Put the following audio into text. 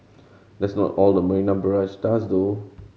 that's not all the Marina Barrage does though